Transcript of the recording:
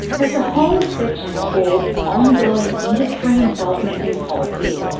there's a whole section called ongoing industry involvement in policy.